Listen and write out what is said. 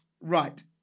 right